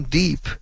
deep